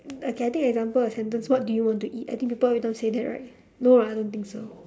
okay I think example a sentence what do you want to eat I think people every time say that right no ah I don't think so